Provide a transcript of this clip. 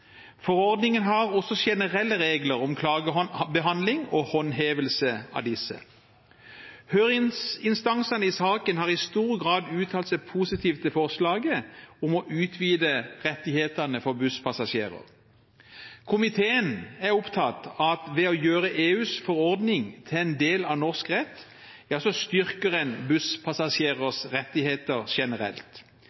Forordningen har også generelle regler om klagebehandling og håndhevelse av disse. Høringsinstansene i saken har i stor grad uttalt seg positivt til forslaget om å utvide rettighetene for busspassasjerer. Komiteen er opptatt av at ved å gjøre EUs forordning til en del av norsk rett, styrker en